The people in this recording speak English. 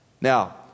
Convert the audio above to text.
Now